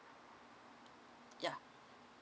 yeah